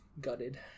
Gutted